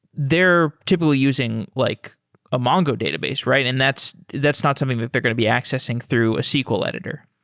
they're typically using like a mongo database, right? and that's that's not something that they're going to be accessing through a sql editor